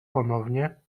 ponownie